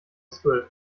zwölf